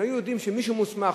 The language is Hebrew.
אם היו יודעים שמישהו מוסמך,